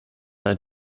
einen